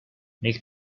nel